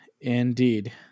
Indeed